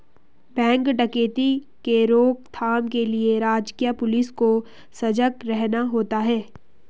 bank डकैती के रोक थाम के लिए राजकीय पुलिस को सजग रहना होता है